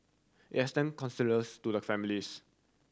it extend condolence to the families